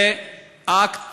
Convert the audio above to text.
זה אקט